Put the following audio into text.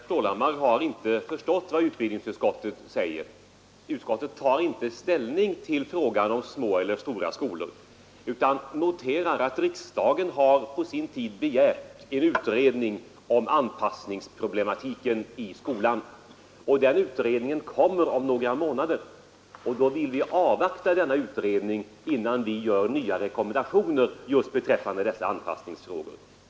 Herr talman! Herr Stålhammar har inte förstått vad utbildningsutskottet säger. Utskottet tar inte ställning till frågan om små eller stora skolor utan noterar att riksdagen på sin tid har begärt en utredning om anpassningsproblematiken i skolan. Den utredningen kommer om några månader, och vi har velat avvakta dess resultat innan vi lämnar nya rekommendationer just beträffande dessa anpassningsfrågor.